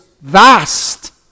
vast